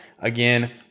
Again